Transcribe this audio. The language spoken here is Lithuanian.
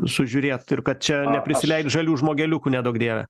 sužiūrėt ir kad čia neprisileist žalių žmogeliukų neduok dieve